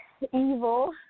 Evil